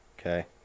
Okay